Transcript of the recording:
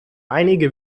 einige